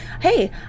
hey